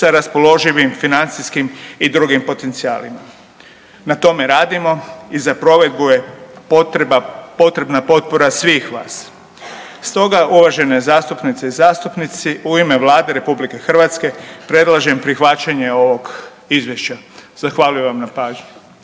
sa raspoloživim financijskim i drugim potencijalima. Na tome radimo i za provedbu je potrebna potpora svih vas. Stoga uvažene zastupnice i zastupnici u ime Vlade RH predlažem prihvaćanje ovog izvješća. Zahvaljujem vam na pažnji.